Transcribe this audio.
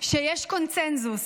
שיש קונסנזוס: